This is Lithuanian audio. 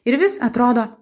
ir vis atrodo